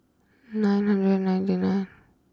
nine hundred ninety nine